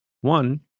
One